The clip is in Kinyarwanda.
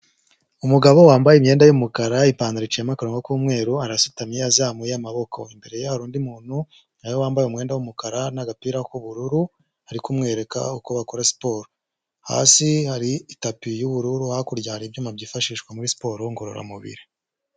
Umugabo wambaye imyenda y'umukara ipantaro iciyemo akarongo k'umweru arasutamye azamuye amaboko imbere ye hari undi muntu nawe wambaye umwenda w'umukara n'gapira k'ubururu ari kumwereka uko bakora siporo hasi hari itapi y'ubururu hakurya hari ibyuma byifashishwa muri siporo ngororamubiri.